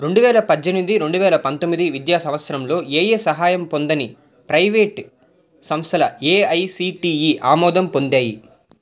రెండు వేల పద్దెనిమిది రెండు వేల పంతొమ్మిది విద్యా సంవత్సరంలో ఏయే సహాయం పొందని ప్రైవేటు సంస్థలు ఏఐసీటీఈ ఆమోదం పొందాయి